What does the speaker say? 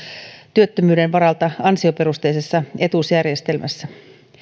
työttömyyden varalta ansioperusteisessa etuusjärjestelmässä